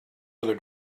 other